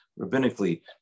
rabbinically